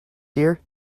dear